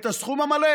את הסכום המלא.